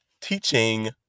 teaching